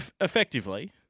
effectively